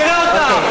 נראה אותך.